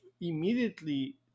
immediately